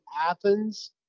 Athens